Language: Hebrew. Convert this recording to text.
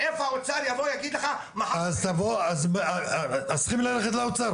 איפה האוצר יבוא ויגיד לך מחר --- אז צריכים ללכת לאוצר,